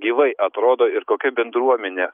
gyvai atrodo ir kokia bendruomenė